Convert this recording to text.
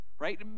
Right